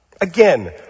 Again